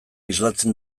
islatzen